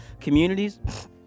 communities